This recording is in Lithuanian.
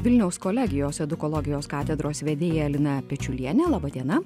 vilniaus kolegijos edukologijos katedros vedėja lina pečiuliene laba diena